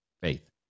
Faith